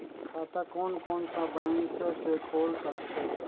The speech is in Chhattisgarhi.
खाता कोन कोन सा बैंक के खुल सकथे?